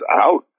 out